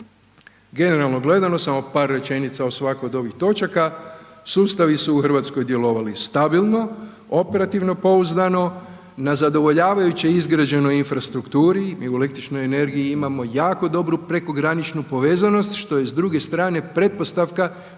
Generalno gledano samo par rečenica o svakoj od ovih točaka. Sustavi su u Hrvatskoj djelovali stabilno, operativno pouzdano, na zadovoljavajuće izgrađenoj infrastrukturi i u električnoj energiji imamo jako dobru prekograničnu povezanost što je s druge strane pretpostavka